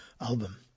album